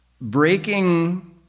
breaking